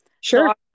Sure